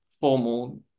formal